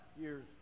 year's